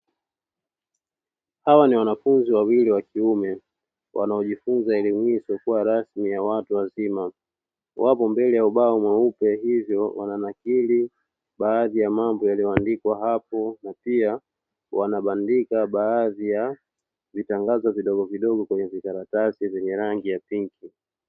Hawa ni wanafunzi wawili wa kiume wanaojifunza elimu hii isiyokuwa rasmi ya watu wazima, wapo mbele ya ubao mweupe hivyo wananakiri baadhi ya mambo yaliyoandikwa hapo na pia wanabandika baadhi ya vitangazo vidogo vidogo kwenye vikaratasi vyenye rangi ya pinki.